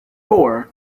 four